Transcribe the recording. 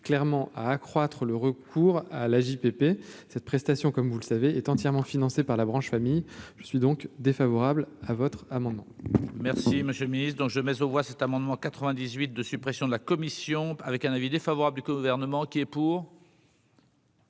clairement à accroître le recours à l'AJPP, cette prestation, comme vous le savez est entièrement financé par la branche famille, je suis donc défavorable à votre amendement. Merci, monsieur le Ministre, dont je mets aux voix cet amendement 98 de suppression de la commission avec un avis défavorable du gouvernement qui est pour.